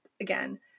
again